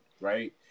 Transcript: right